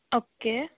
okay